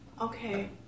okay